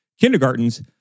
kindergartens